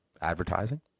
advertising